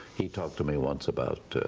he talked to me once about,